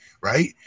Right